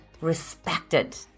respected